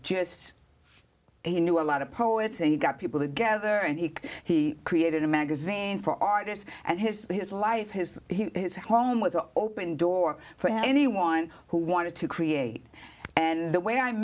just he knew a lot of poets and you got people together and he he created a magazine for artists and his his life his his home was an open door for anyone who wanted to create and the way i